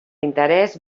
interès